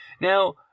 Now